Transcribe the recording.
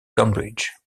cambridge